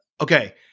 Okay